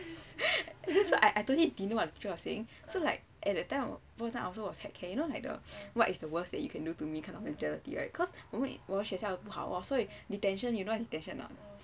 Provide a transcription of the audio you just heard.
so I totally didn't know what the teacher was saying so like at that time I always heck care you know like what is the worst that you can do to make the teacher angry right cause only 我学校不好所以 detention you know what's detention or not